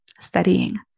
studying